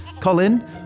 Colin